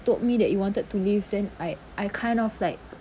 told me that you wanted to leave then I I kind of like